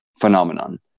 phenomenon